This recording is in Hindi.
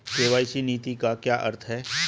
के.वाई.सी नीति का क्या अर्थ है?